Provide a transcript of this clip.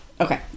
okay